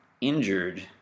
injured